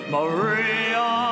Maria